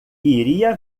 iria